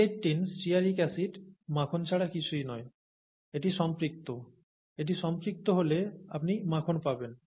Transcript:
C18 stearic acid মাখন ছাড়া কিছুই নয় এটি সম্পৃক্ত এটি সম্পৃক্ত হলে আপনি মাখন পাবেন